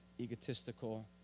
egotistical